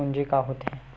पूंजी का होथे?